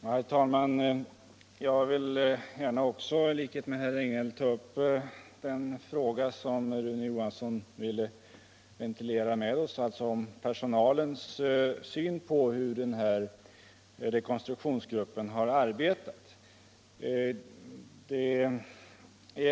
Herr talman! Jag vill i likhet med herr Regnéll ta upp personalens syn på hur rekonstruktionsgruppen.har arbetat.